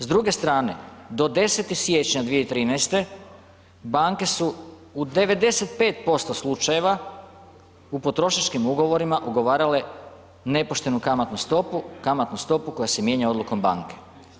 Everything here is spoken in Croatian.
S druge strane, do 10. siječnja 2013. banke su u 95% slučajeva u potrošačkim ugovorima ugovarale nepoštenu kamatnu stopu, kamatnu stopu koja se mijenja odlukom banke.